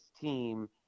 team